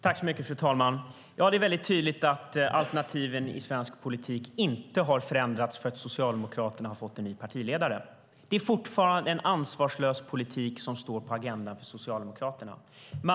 Fru talman! Det är väldigt tydligt att alternativen i svensk politik inte har förändrats därför att Socialdemokraterna har fått en ny partiledare. Fortfarande är det en ansvarslös politik som finns på Socialdemokraternas agenda.